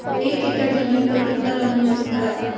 एक एकड़ जमीन पर कितना लोन मिल सकता है?